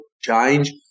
change